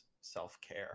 self-care